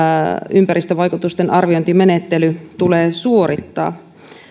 ympäristövaikutusten arviointimenettely tulee suorittaa